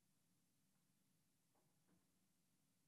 כשאנחנו